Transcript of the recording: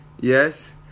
Yes